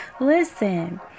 listen